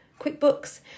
QuickBooks